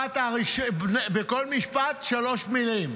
בכל משפט שלוש מילים.